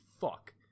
fuck